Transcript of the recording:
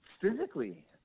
physically